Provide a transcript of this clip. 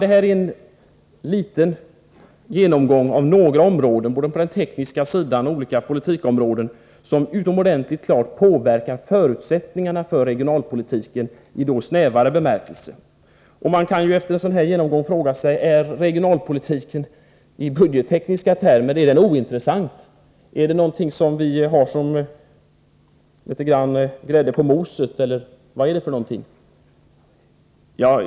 Detta var en liten genomgång av några områden, på både den tekniska och den politiska sidan, som utomordentligt klart påverkar förutsättningarna för regionalpolitiken i snävare bemärkelse. Man kan efter en sådan här genomgång fråga sig: Är regionalpolitiken i budgettekniska termer ointressant? Är den att likna vid grädde på moset, eller vad är den?